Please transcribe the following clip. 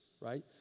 right